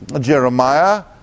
Jeremiah